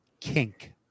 kink